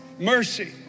Mercy